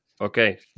okay